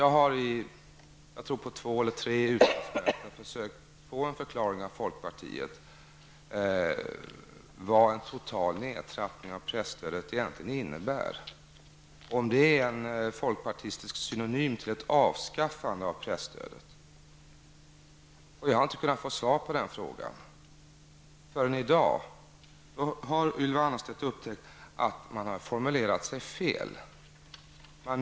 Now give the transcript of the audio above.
På två eller tre utskottsmöten har jag försökt att få en förklaring från folkpartiet till vad detta med en total nedtrappning av presstödet egentligen innebär. Är det en folkpartistisk synonym till ''ett avskaffande av presstödet''? Först i dag har jag alltså fått ett svar på den frågan. Ylva Annerstedt har ju nu upptäckt att man har använt sig av en felaktig formulering.